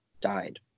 died